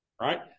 right